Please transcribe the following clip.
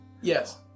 Yes